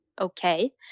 okay